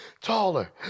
taller